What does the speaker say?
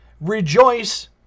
Rejoice